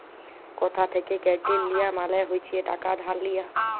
কথা থ্যাকে কেরডিট লিয়া মালে হচ্ছে টাকা ধার লিয়া